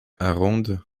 arendt